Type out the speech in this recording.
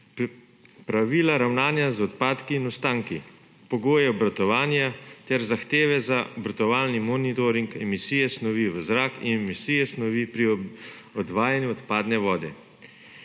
pravila o ravnanju z odpadki in ostanki, pogoje obratovanja ter zahteve za obratovalni monitoring emisije snovi v zrak in emisije snovi pri odvajanju odpadne vode.